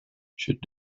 should